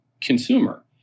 consumer